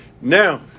now